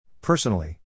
Personally